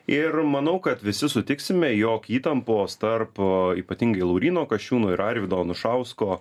ir manau kad visi sutiksime jog įtampos tarp ypatingai lauryno kasčiūno ir arvydo anušausko